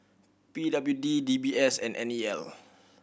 P W D D B S and N E L